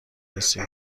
رسید